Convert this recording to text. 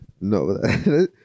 No